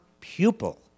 pupil